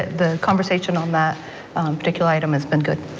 the conversation on that particular item has been good.